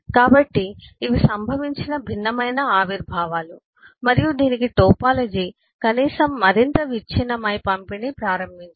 కాబట్టి ఇవి సంభవించిన భిన్నమైన ఆవిర్భావాలు మరియు దీనికి టోపోలాజీ కనీసం మరింత విచ్ఛిన్నమై పంపిణీ ప్రారంభించింది